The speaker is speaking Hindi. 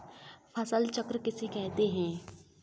फसल चक्र किसे कहते हैं?